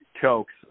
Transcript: chokes